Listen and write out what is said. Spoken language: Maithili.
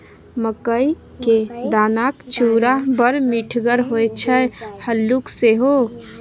मकई क दानाक चूड़ा बड़ मिठगर होए छै हल्लुक सेहो